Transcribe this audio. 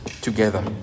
together